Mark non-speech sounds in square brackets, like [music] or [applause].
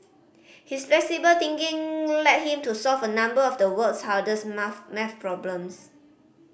his flexible thinking led him to solve a number of the world's hardest [unintelligible] maths problems